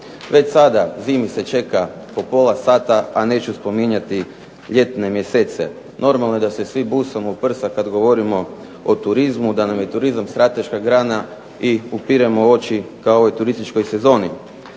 najave./ ... se čeka po pola sata, a neću spominjati ljetne mjesece. Normalno da se svi busamo u prsa kada govorimo o turizmu, da nam je turizam strateška grana i upiremo oči ka ovoj turističkoj sezoni.